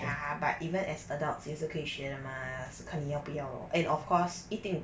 ya but even as adults 也是可以学的吗是看你要不要 lor and of course 一定